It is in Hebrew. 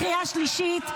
קריאה שלישית.